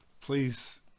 Please